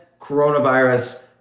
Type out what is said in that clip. coronavirus